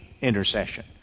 intercession